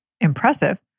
impressive